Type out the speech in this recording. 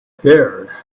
scared